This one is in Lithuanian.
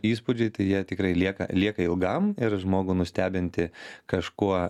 įspūdžiai tai jie tikrai lieka lieka ilgam ir žmogų nustebinti kažkuo